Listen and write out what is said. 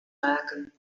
maken